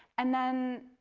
and then